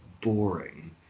boring